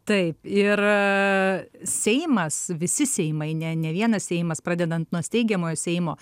taip ir seimas visi seimai ne ne vienas seimas pradedant nuo steigiamojo seimo